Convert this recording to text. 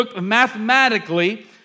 mathematically